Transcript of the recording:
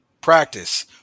Practice